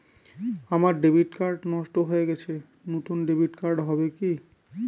আমার debit card নষ্ট হয়ে গেছে নূতন ডেবিট কার্ড হবে কি?